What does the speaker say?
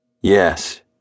Yes